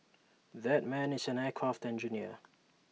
that man is an aircraft engineer